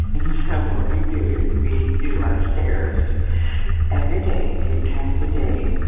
and so what we do is we do our stairs every day three times a day.